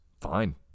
fine